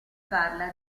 parla